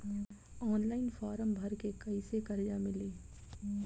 Online form भर के कैसे कर्जा मिली?